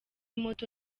moto